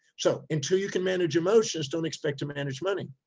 so until you can manage emotions, don't expect to manage money.